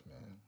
man